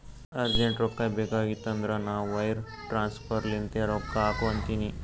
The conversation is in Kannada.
ಅರ್ಜೆಂಟ್ ರೊಕ್ಕಾ ಬೇಕಾಗಿತ್ತಂದ್ರ ನಾ ವೈರ್ ಟ್ರಾನ್ಸಫರ್ ಲಿಂತೆ ರೊಕ್ಕಾ ಹಾಕು ಅಂತಿನಿ